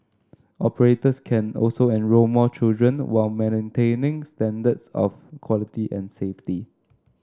operators can also enrol more children while maintaining standards of quality and safety